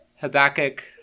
Habakkuk